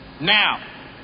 Now